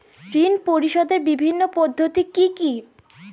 ঋণ পরিশোধের বিভিন্ন পদ্ধতি কি কি?